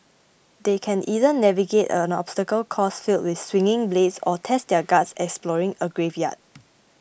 they can either navigate an obstacle course filled with swinging blades or test their guts exploring a graveyard